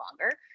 longer